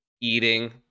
eating